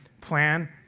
plan